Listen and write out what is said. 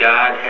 God